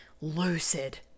lucid